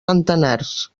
centenars